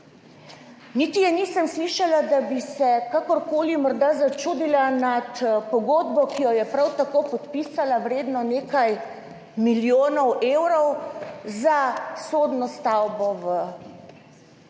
niti je nisem slišala, da bi se kakorkoli morda začudila nad pogodbo, ki jo je prav tako podpisala, vredno nekaj milijonov evrov za sodno stavbo na